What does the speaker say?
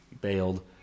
bailed